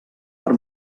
per